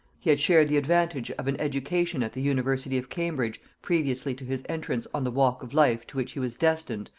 he had shared the advantage of an education at the university of cambridge previously to his entrance on the walk of life to which he was destined,